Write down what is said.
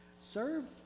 Serve